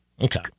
Okay